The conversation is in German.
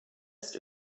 ist